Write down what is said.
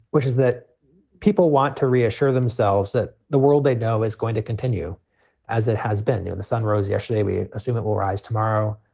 which is that people want to reassure themselves that the world they know is going to continue as it has been. you know the sun rose yesterday. we assume it will rise tomorrow.